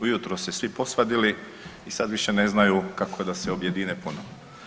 U jutro se svi posvadili i sad više ne znaju kako da se objedine ponovo.